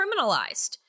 criminalized